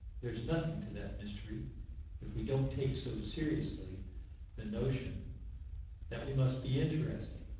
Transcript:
there's nothing to that mystery if we don't take so seriously the notion that we must be interesting.